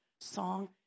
song